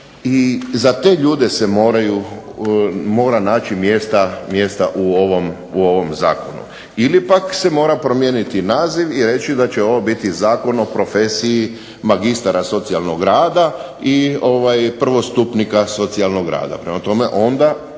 za te ljude se mora naći mjesta u ovom zakonu. Ili pak se mora promijeniti naziv i reći da će ovo biti zakon o profesiji magistara socijalnog rada i prvostupnika socijalnog rada. Prema tome onda